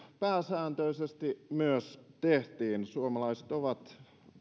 pääsääntöisesti myös tehtiin suomalaiset ovat